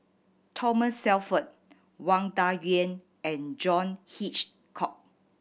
Thomas Shelford Wang Dayuan and John Hitchcock